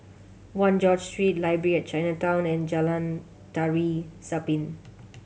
One George Street Library at Chinatown and Jalan Tari Zapin